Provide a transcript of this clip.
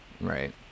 Right